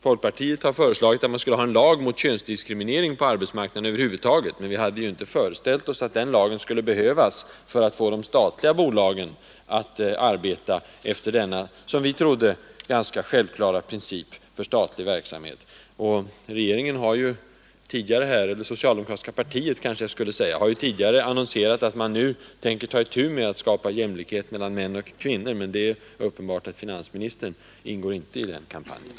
Folkpartiet har föreslagit att man skulle ha en lag mot könsdiskriminering på arbetsmarknaden över huvud taget, men vi hade inte föreställt oss att den lagen skulle behövas för att få de statliga bolagen att arbeta efter denna, som vi trodde, ganska självklara princip för offentlig verksamhet. Det socialdemokratiska partiet har tidigare i höst annonserat att man nu tänker ta itu med att skapa jämlikhet mellan män och kvinnor — men det är uppenbart att finansministern inte deltar i den kampanjen.